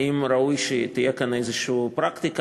האם ראוי שתהיה כאן איזה פרקטיקה.